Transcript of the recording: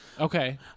Okay